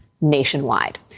nationwide